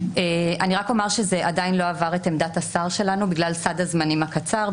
אני רק אומר שזה עדיין לא עבר את עמדת השר שלנו בגלל סד הזמנים הקצר.